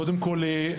קודם כל,